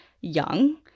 young